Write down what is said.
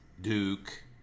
Duke